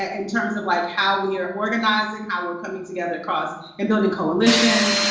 ah in terms of like how we are organizing. how we're coming together, across and building coalitions.